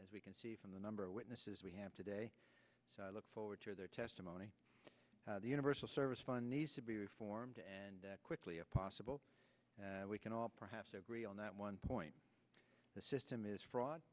as we can see from the number of witnesses we have today so i look forward to their testimony the universal service fund needs to be reformed and quickly as possible we can all perhaps agree on that one point the system is fraught